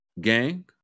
gang